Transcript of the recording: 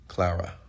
Clara